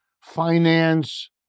finance